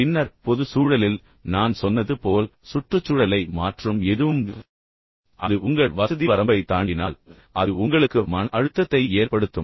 பின்னர் பொது சூழலில் நான் சொன்னது போல் சுற்றுச்சூழலை மாற்றும் எதுவும் அது உங்கள் வசதி வரம்பை தாண்டினால் அது உங்களுக்கு மன அழுத்தத்தை ஏற்படுத்தும்